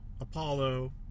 Apollo